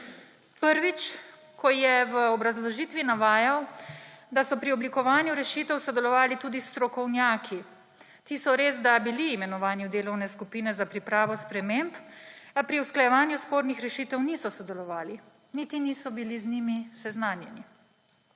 Prvič, ko je v obrazložitvi navajal, da so pri oblikovanju rešitev sodelovali tudi strokovnjaki. Ti so resda bili imenovani v delovne skupine za pripravo sprememb, a pri usklajevanju spornih rešitev niso sodelovali niti niso bili z njimi seznanjeni.